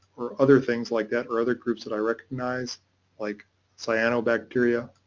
or other things like that, or other groups that i recognize like cyanobacteria.